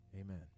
Amen